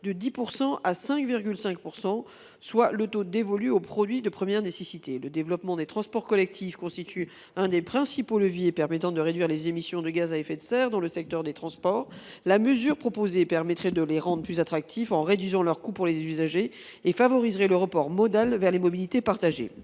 de 10 % à 5,5 %, soit le taux dévolu aux produits de première nécessité. Le développement des transports collectifs constitue l’un des principaux leviers permettant de réduire les émissions de gaz à effet de serre dans le secteur des transports. La mesure proposée permettrait de les rendre plus attractifs, en réduisant leur coût pour les usagers, et favoriserait le report modal vers les mobilités partagées.